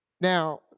Now